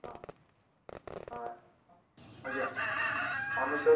ହଁ ହଁ ଆଜ୍ଞା ଅନୁ ଚୌଧୁରୀ